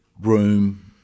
room